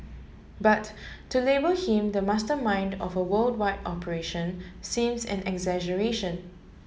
but to label him the mastermind of a worldwide operation seems an exaggeration